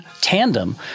tandem